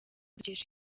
dukesha